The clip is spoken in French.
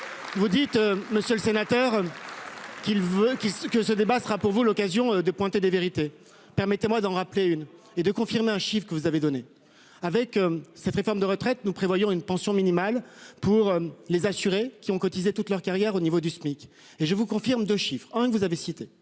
Vous dites monsieur le sénateur. Qu'il veut qui que ce débat sera pour vous l'occasion de pointer des vérités. Permettez-moi d'en rappeler une et de confirmer un chiffre que vous avez donné avec cette réforme de retraites, nous prévoyons une pension minimale pour les assurés qui ont cotisé toute leur carrière au niveau du SMIC et je vous confirme de chiffres hein que vous avez cité